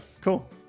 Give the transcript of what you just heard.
cool